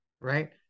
right